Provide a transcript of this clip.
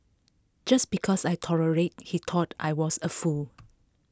just because I tolerated he thought I was A fool